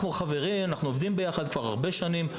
אנחנו חברים, אנחנו עובדים יחד כבר הרבה שנים.